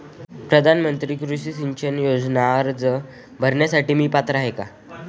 प्रधानमंत्री कृषी सिंचन योजना अर्ज भरण्यासाठी मी पात्र आहे का?